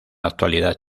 actualidad